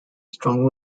strong